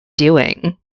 doing